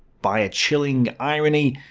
by a chilling irony,